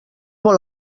vol